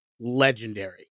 legendary